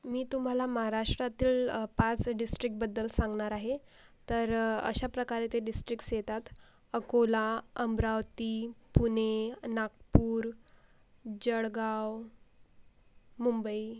मी तुम्हाला महाराष्ट्रातील पाच डिस्ट्रिक्टबद्दल सांगणार आहे तर अशाप्रकारे ते डिस्ट्रिक्स येतात अकोला अमरावती पुणे नागपूर जळगाव मुंबई